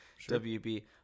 WB